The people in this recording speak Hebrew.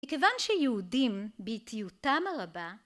מכיוון שיהודים, באיטיותם הרבה,